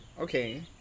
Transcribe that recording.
Okay